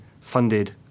funded